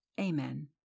Amen